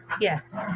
yes